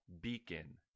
beacon